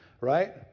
right